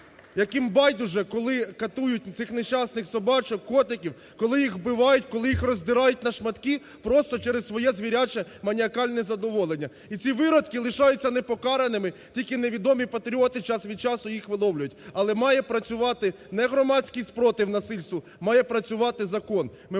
яким байдуже, коли катують цих нещасних собачок, котиків, коли їх вбивають, коли їх роздирають на шматки просто через своє звіряче маніакальне задоволення. І ці виродки лишаються не покараними тільки невідомі патріоти час від часу їх виловлюють. Але має працювати не громадський спротив насильству, має працювати закон.